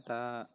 এটা